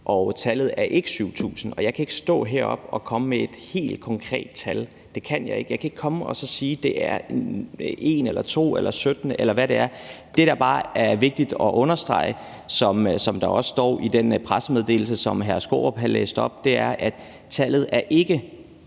og tallet er ikke 7.000. Jeg kan ikke stå heroppe og komme med et helt konkret tal; det kan jeg ikke. Jeg kan ikke komme og sige, at det er 1 eller 2 eller 17, eller hvad det er. Det, der bare er vigtigt at understrege, som der også står i den pressemeddelelse, som hr. Peter Skaarup læste op, er, at tallet ikke